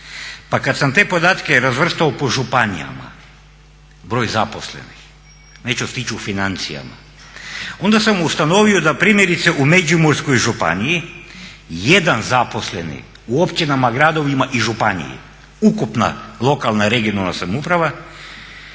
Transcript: Pa kada sam te podatke razvrstao po županijama, broj zaposlenih, neću stići u financijama onda sam ustanovio da primjerice u Međimurskoj županiji jedan zaposleni u općinama, gradovima i županiji ukupna lokalna regionalna samouprava